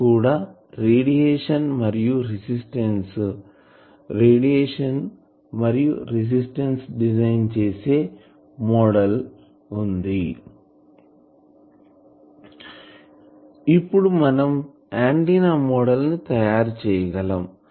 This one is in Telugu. ఇది కూడా రేడియేషన్ మరియు రెసిస్టనస్ను డిజైన్ చేసే మోడల్ ఉంది ఇప్పుడు మనం ఆంటిన్నా మోడల్ ని తయారుచేయగలం